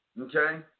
okay